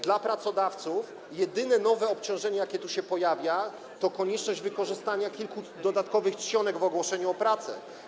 Dla pracodawców jedyne nowe obciążenie, jakie tu się pojawia, to konieczność wykorzystania kilku dodatkowych czcionek w ogłoszeniu o pracę.